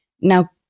Now